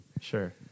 Sure